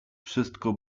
wszystko